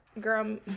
Girl